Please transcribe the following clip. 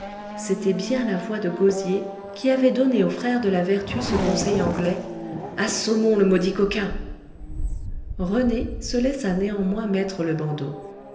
c'était bien la voix de gosier qui avait donné aux frères de la vertu ce conseil anglais assommons le maudit coquin rené se laissa néanmoins mettre le bandeau